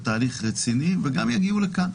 בתהליך רציני וגם יגיעו לכאן.